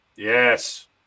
Yes